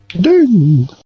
ding